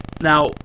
Now